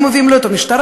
היו מביאים לו את המשטרה,